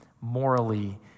morally